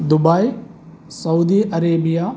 Dubai Saudi Arabia